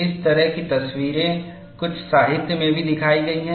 इस तरह की तस्वीरें कुछ साहित्य में भी दिखाई गई हैं